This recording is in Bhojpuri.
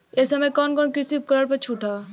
ए समय कवन कवन कृषि उपकरण पर छूट ह?